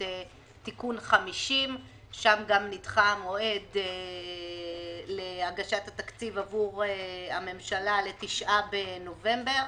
תיקון 50. שם גם נדחה המועד להגשת התקציב עבור הממשלה ל-9 בנובמבר,